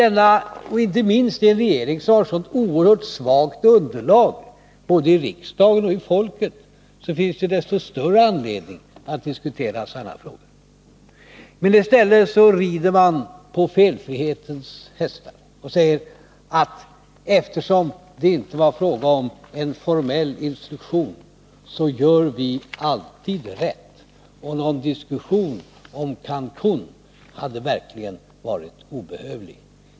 En regering som har ett så oerhört svagt underlag både i riksdagen och i hos folket har desto större anledning att diskutera sådana här frågor. I stället rider man på felfrihetens hästar och säger: Eftersom det inte var fråga om en formell instruktion har vi gjort rätt. Någon diskussion om Cancun behövdes verkligen inte.